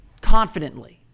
confidently